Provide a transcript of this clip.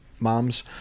moms